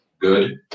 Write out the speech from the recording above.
good